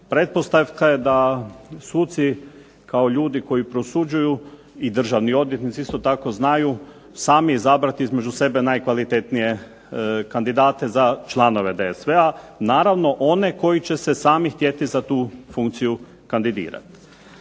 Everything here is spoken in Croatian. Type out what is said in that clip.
Pretpostavka je da suci kao ljudi koji prosuđuju i državni odvjetnici isto tako znaju sami izabrati između sebe najkvalitetnije kandidate za članove DSV-a, naravno one koji će se sami htjeti za tu funkciju kandidirati.